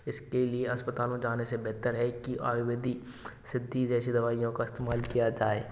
इसके लिए अस्पताल में जाने से बेहतर है कि आयुर्वेदिक सिद्धि जैसी दवाइयों का इस्तेमाल किया जाए